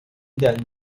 them